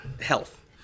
health